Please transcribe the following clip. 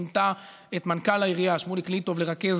מינתה את מנכ"ל העירייה שמוליק ליטוב לרכז